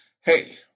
Hey